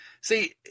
See